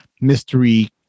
mystery